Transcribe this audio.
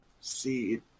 See